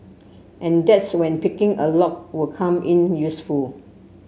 and that's when picking a lock will come in useful